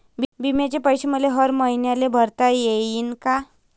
बिम्याचे पैसे मले हर मईन्याले भरता येईन का?